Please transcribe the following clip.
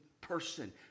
person